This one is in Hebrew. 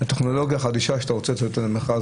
הטכנולוגיה החדשה שאתה רוצה להוציא אותה למכרז,